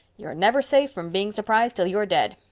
you're never safe from being surprised till you're dead.